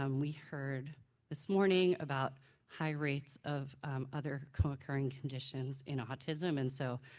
um we heard this morning about high rates of other co occurring conditions in autism and so,